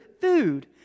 food